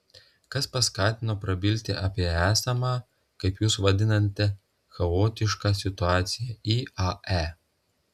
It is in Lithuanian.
kas paskatino prabilti apie esamą kaip jūs vadinate chaotišką situaciją iae